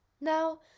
Now